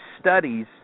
studies